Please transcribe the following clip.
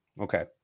Okay